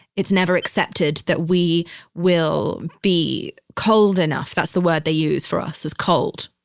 it's never accepted, that we will be cold enough. that's the word they use for us is cold.